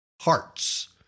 Hearts